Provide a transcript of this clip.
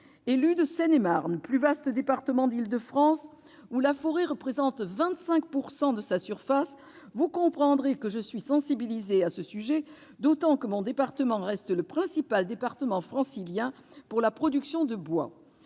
Élue de la Seine-et-Marne- le plus vaste département de l'Île-de-France -, où la forêt représente 25 % de la surface, vous comprendrez que je suis sensibilisée à ce sujet, d'autant que mon département reste le premier de la région pour la production de bois.